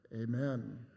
Amen